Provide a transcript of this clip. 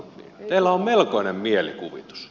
teillä on melkoinen mielikuvitus